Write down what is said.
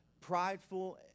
prideful